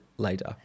Later